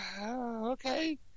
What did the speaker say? okay